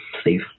Steve